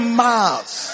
miles